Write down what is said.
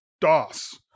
dos